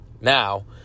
now